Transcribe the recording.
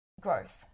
growth